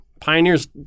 Pioneer's